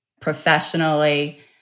professionally